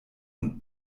und